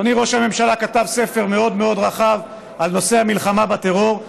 אדוני ראש הממשלה כתב ספר מאוד מאוד רחב על נושא המלחמה בטרור.